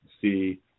see